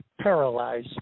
paralyze